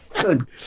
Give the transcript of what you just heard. Good